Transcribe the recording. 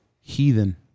Heathen